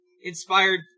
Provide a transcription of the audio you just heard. Inspired